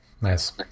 Nice